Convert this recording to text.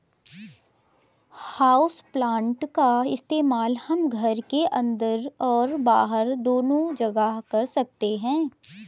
houseplant का इस्तेमाल हम घर के अंदर और बाहर दोनों जगह कर सकते हैं